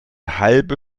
halbe